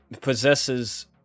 possesses